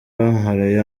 bankoreye